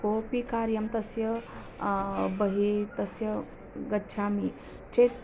कोपि कार्यं तस्य बहिः तस्य गच्छामि चेत्